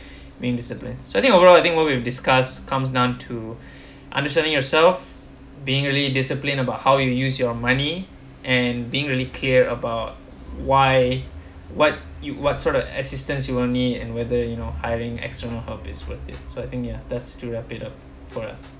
being disciplined so I think overall I think what we've discussed comes down to understanding yourself being really discipline about how you use your money and being really care about why what you what sort of assistance you will need and whether you know hiring extra help is worth it so I think ya that's to wrap it up for us